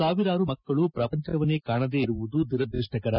ಸಾವಿರಾರು ಮಕ್ಕಳು ಪ್ರಪಂಚವನ್ನೇ ಕಾಣದೇ ಇರುವುದು ದುರದ್ವಷ್ಟಕರ